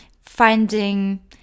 finding